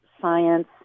science